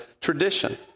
tradition